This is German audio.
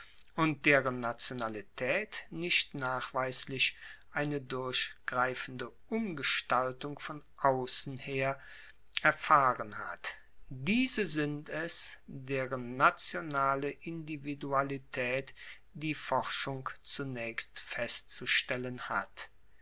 und deren nationalitaet nicht nachweislich eine durchgreifende umgestaltung von aussen her erfahren hat diese sind es deren nationale individualitaet die forschung zunaechst festzustellen hat